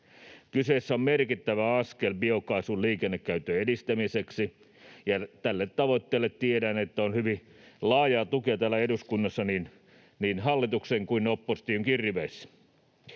Kyseessä on merkittävä askel biokaasun liikennekäytön edistämiseksi, ja tiedän, että tälle tavoitteelle on hyvin laajaa tukea täällä eduskunnassa niin hallituksen kuin oppositionkin riveissä.